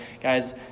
Guys